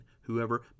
Whoever